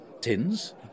tins